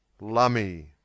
Lummy